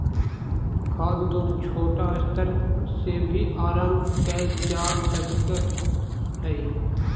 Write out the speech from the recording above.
खाद्य उद्योग छोटा स्तर से भी आरंभ कैल जा सक हइ